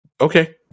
okay